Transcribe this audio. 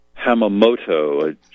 Hamamoto